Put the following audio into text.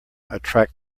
attract